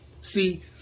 See